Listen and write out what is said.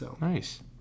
Nice